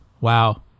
wow